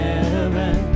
Heaven